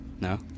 No